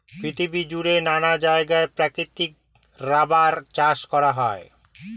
পৃথিবী জুড়ে নানা জায়গায় প্রাকৃতিক রাবার চাষ করা হয়